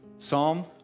Psalm